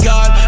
God